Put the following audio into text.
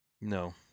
No